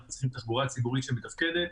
אנחנו צריכים תחבורה ציבורית שמתפקדת.